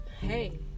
hey